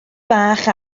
bach